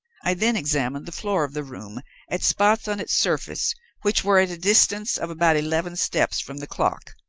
i then examined the floor of the room at spots on its surface which were at a distance of about eleven steps from the clock,